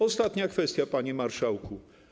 Ostatnia kwestia, panie marszałku.